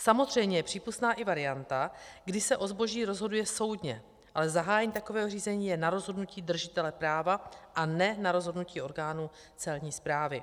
Samozřejmě je přípustná i varianta, kdy se o zboží rozhoduje soudně, ale zahájení takového řízení je na rozhodnutí držitele práva a ne na rozhodnutí orgánu Celní správy.